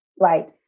Right